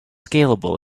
scalable